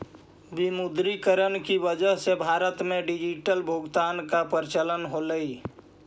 विमुद्रीकरण की वजह से भारत में डिजिटल भुगतान का प्रचलन होलई